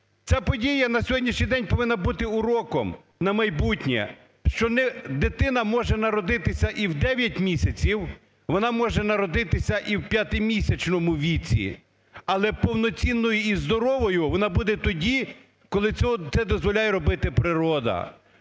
Ця подія на сьогоднішній день повинна бути уроком на майбутнє, що не… дитина може народитися і в 9 місяців, вона може народитися і в 5-місячному віці. Але повноцінною і здоровою вона буде тоді, коли це дозволяє робити природа.